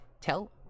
tell